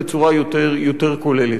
בצורה יותר כוללת.